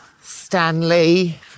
Stanley